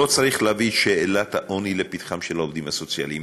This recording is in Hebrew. לא צריך להביא את שאלת העוני לפתחם של העובדים הסוציאליים.